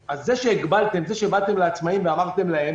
אז זה שבאתם לעצמאיים ואמרתם להם